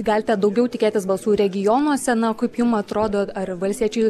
galite daugiau tikėtis balsų regionuose na o kaip jum atrodo ar valstiečiai